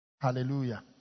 Hallelujah